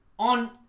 On